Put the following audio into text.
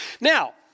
Now